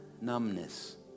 numbness